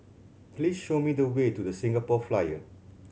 please show me the way to The Singapore Flyer